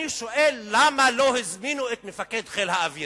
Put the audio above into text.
אני שואל: למה לא הזמינו את מפקד חיל האוויר?